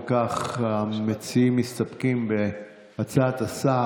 אם כך, המציעים מסתפקים בהצעת השר.